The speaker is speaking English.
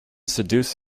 seduce